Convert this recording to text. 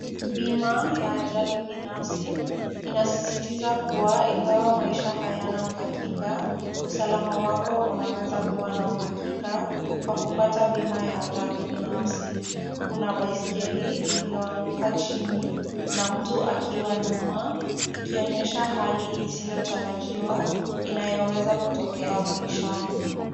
Bima ya ajali binafsi inasisitiza kuwa ingawa maisha hayana uhakika, usalama wako unaweza kuwa uhakika kwa kupata bima binafsi. Kuna baiskeli iliyoanguka chini na mtu akiwa nyuma ikionyesha hali isiyotarajiwa inayoweza kutokea maishani.